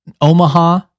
Omaha